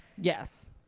Yes